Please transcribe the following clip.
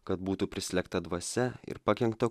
kad būtų prislėgta dvasia ir pakenkta